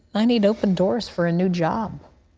i need open doors for a new job.